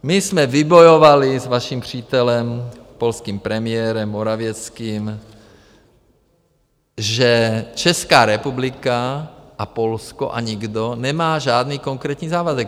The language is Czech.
My jsme vybojovali s vaším přítelem, polským premiérem Morawieckým, že Česká republika a Polsko a nikdo nemá žádný konkrétní závazek.